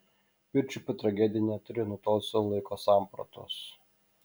pirčiupių tragedija neturi nutolusio laiko sampratos